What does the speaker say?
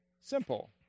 simple